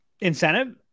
incentive